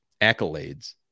accolades